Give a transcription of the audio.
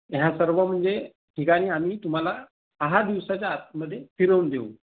ह्या सर्व म्हणजे ठिकाणी आम्ही तुम्हाला सहा दिवसाच्या आतमध्ये फिरवून देऊ